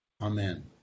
Amen